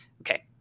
Okay